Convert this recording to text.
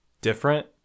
different